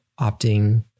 opting